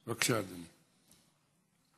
בבקשה, אדוני.